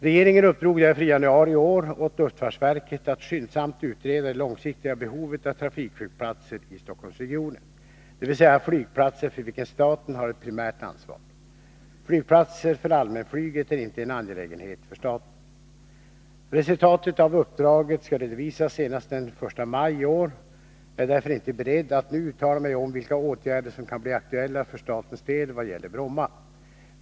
Regeringen uppdrog därför i januari i år åt luftfartsverket att skyndsamt utreda det långsiktiga behovet av trafikflygplatser i Stockholmsregionen, dvs. flygplatser för vilka staten har ett primärt ansvar. Flygplatser för allmänflyget är inte en angelägenhet för staten. Resultatet av uppdraget skall redovisas senast den 1 maj i år. Jag är därför inte beredd att nu uttala mig om vilka åtgärder som kan bli aktuella för statens del vad gäller Bromma.